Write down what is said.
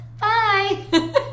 Bye